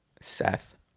Seth